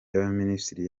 y‟abaminisitiri